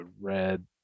red